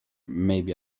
maybe